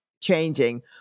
changing